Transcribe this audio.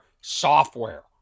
software